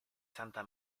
santa